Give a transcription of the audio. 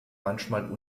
manchmal